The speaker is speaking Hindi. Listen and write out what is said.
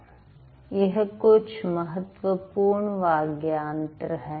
यह कुछ महत्वपूर्ण वाग्यंत्र है